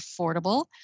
affordable